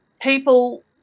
people